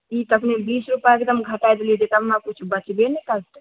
ई अखनी बीस रुपये एकदम घटाए देलियै जे हमरा किछु बचबे नहि करतै